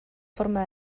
forma